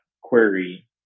query